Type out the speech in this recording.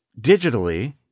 digitally